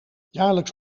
jaarlijks